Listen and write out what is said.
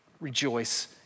Rejoice